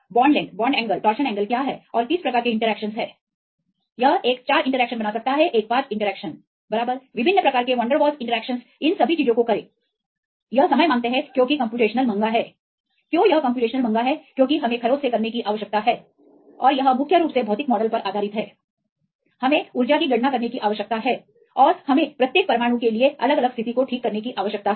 bond length bond angle torsion angle क्या है और किस प्रकार के इंटरैक्शनस हैं यह एक चार इंटरैक्शन बना सकता है एक पांच इंटरैक्शन बराबर विभिन्न प्रकार के वैन डेर वाल्स इंटरैक्शनस इन सभी चीजों को करें यह समय मांगते हैं क्योंकि कम्प्यूटेशनल महंगा है क्यों यह कम्प्यूटेशनल महंगा है क्योंकि हमें खरोच से करने की आवश्यकता है और यह मुख्य रूप से भौतिक मॉडल पर आधारित है हमें ऊर्जा की गणना करने की आवश्यकता है और हमें प्रत्येक परमाणु के लिए अलग अलग स्थिति को ठीक करने की आवश्यकता है